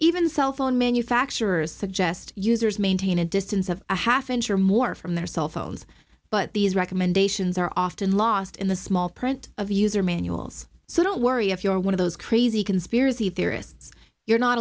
even cell phone manufacturers suggest users maintain a distance of a half inch or more from their cell phones but these recommendations are often lost in the small print of user manuals so don't worry if you are one of those crazy conspiracy theorists you're not